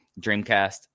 dreamcast